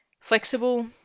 flexible